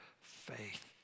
faith